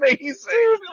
amazing